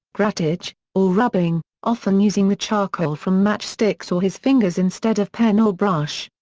grattage or rubbing, often using the charcoal from match sticks or his fingers instead of pen or brush.